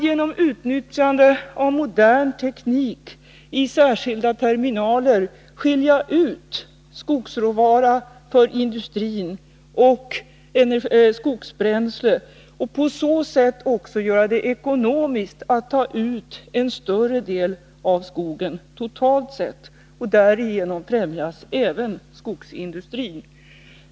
Genom användande av modern teknik och särskilda terminaler kan man skilja ut skogsavfall lämpligt för industrins behov. På det sättet kan man göra det ekonomiskt att ta ut en större del av skogen totalt sett. Därigenom främjas även skogsindustrin.